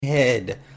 head